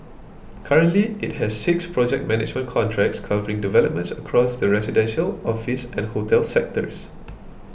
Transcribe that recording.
currently it has six project management contracts covering developments across the residential office and hotel sectors